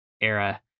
era